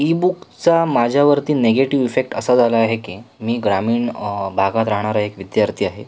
ईबुकचा माझ्यावरती negative effect असा झाला आहे की मी ग्रामीण भागात राहणारा एक विद्यार्थी आहे